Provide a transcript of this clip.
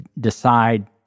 decide